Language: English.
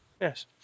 Yes